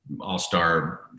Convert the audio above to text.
all-star